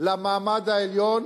למעמד העליון.